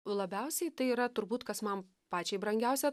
labiausiai tai yra turbūt kas man pačiai brangiausia